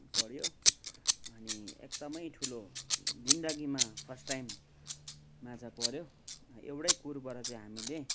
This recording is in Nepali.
पऱ्यो अनि एकदमै ठुलो जिन्दगीमा फर्स्ट टाइम माछा पऱ्यो एउटै कुरबाट चाहिँ हामीले